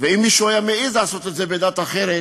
ואם מישהו היה מעז לעשות את זה בדת אחרת,